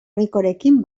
ricorekin